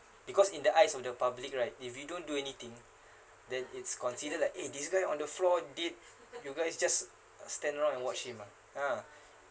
because in the eyes of the public right if you don't do anything then it's considered like eh this guy on the floor dead you guys just uh stand around and watch him uh uh